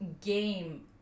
game